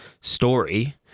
story